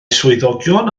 swyddogion